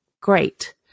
Great